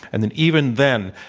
and then even then,